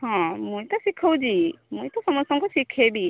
ହଁ ମୁଇଁ ତ ଶିଖାଉଛି ମୁଇଁ ତ ସମସ୍ତଙ୍କୁ ଶିଖେଇବି